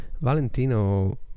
Valentino